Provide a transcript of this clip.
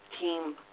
team